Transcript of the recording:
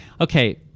Okay